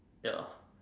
ya